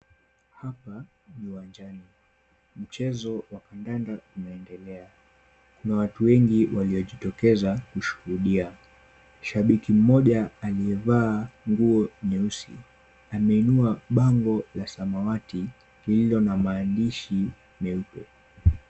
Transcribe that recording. Hapa ni uwanjani. Mchezo wa kandanda unaendelea. Kuna watu wengi waliojitokeza kushuhudia. Shabiki mmoja aliyevaa nguo nyeusi ameinua bango la samawati lililo na maandishi meupe.